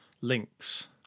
links